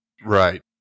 Right